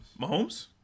Mahomes